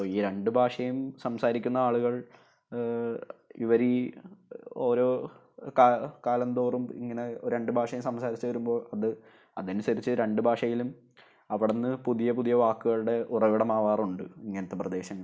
അപ്പോൾ ഈ രണ്ടു ഭാഷയും സംസാരിക്കുന്ന ആളുകൾ ഇവരീ ഓരോ കാ കാലം തോറും ഇങ്ങനെ രണ്ടു ഭാഷയും സംസാരിച്ചു വരുമ്പോൾ അത് അതനുസരിച്ച് രണ്ട് ഭാഷയിലും അവിടുന്നു പുതിയ പുതിയ വാക്കുകളുടെ ഉറവിടമാകാറുണ്ട് ഇങ്ങനത്തെ പ്രദേശങ്ങൾ